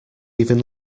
even